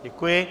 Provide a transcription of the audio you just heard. Děkuji.